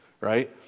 right